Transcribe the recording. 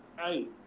hey